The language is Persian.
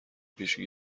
پیشی